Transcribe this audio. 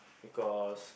because